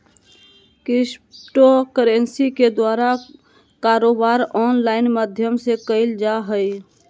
crypto currency के पूरा कारोबार ऑनलाइन माध्यम से क़इल जा हइ